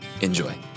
Enjoy